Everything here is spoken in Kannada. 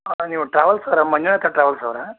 ನೀವು ಟ್ರಾವೆಲ್ಸ್ ಅವ್ರಾ ಮಂಜುನಾಥ ಟ್ರಾವೆಲ್ಸ್ ಅವರಾ